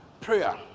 prayer